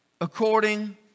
According